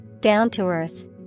Down-to-earth